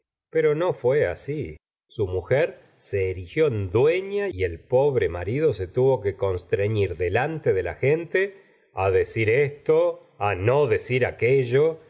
pero no fué así su mujer se erigió en duela y el pobre marido se tuvo que constrenir delante de la gente decir esto no decir aquello